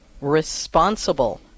responsible